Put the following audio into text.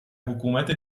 حکومت